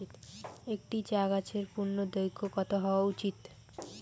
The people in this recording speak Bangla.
একটি চা গাছের পূর্ণদৈর্ঘ্য কত হওয়া উচিৎ?